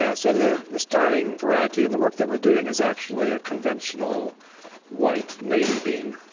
yeah so the the starting variety in the work that we're doing is actually a conventional white navy bean,